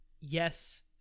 yes